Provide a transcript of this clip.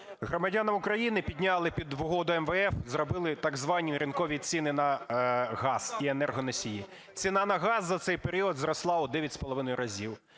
громадянам України підняли, в угоду МВФ зробили так звані "ринкові" ціни на газ і енергоносії, ціна на газ за цей період зросла в